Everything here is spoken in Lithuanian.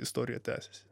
istorija tęsiasi